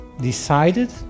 decided